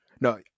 No